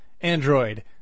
Android